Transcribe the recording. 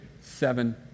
seven